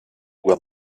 uhr